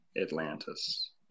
Atlantis